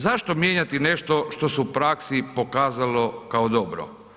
Zašto mijenjati nešto što se u praksi pokazalo kao dobro?